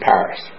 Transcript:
Paris